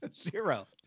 Zero